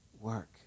work